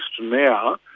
now